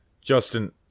Justin